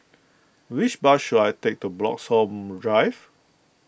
which bus should I take to Bloxhome Drive